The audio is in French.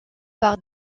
par